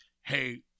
Hey